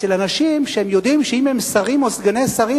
אצל אנשים שהם יודעים שאם הם שרים או סגני שרים,